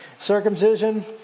Circumcision